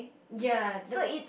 ya the